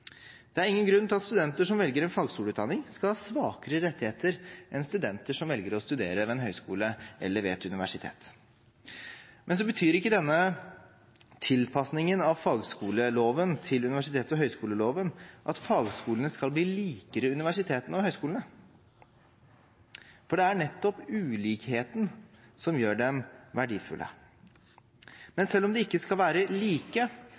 Det er ingen grunn til at studenter som velger en fagskoleutdanning, skal ha svakere rettigheter enn studenter som velger å studere ved en høyskole eller ved et universitet. Så betyr ikke denne tilpasningen av fagskoleloven til universitets- og høyskoleloven at fagskolene skal bli likere universitetene og høyskolene, for det er nettopp ulikheten som gjør dem verdifulle. Men selv om de ikke skal være like,